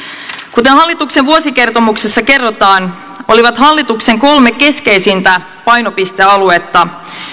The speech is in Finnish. kuten hallituksen vuosikertomuksessa kerrotaan olivat hallituksen kolme keskeisintä painopistealuetta